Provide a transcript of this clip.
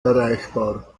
erreichbar